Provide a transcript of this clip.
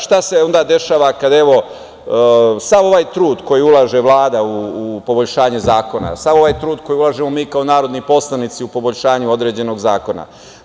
Šta se onda dešava kada, evo, sav ovaj trud koji ulaže Vlada u poboljšanje zakona, sav ovaj trud koji ulažemo mi kao narodni poslanici u poboljšanju određenog zakona?